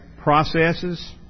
processes